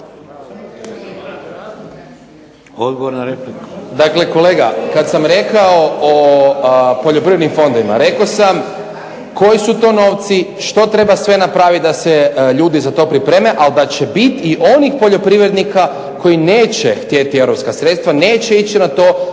Daniel (SDP)** Dakle kolega, kad sam rekao o poljoprivrednim fondovima, rekao sam koji su to novci, što treba sve napraviti da se ljudi za to pripreme, ali da će biti i onih poljoprivrednika koji neće htjeti europska sredstva, neće ići na to,